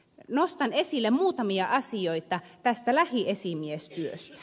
nostan esille muutamia asioita tästä lähiesimiestyöstä